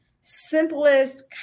simplest